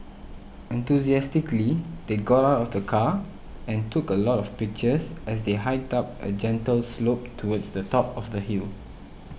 enthusiastically they got out of the car and took a lot of pictures as they hiked up a gentle slope towards the top of the hill